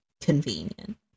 Convenient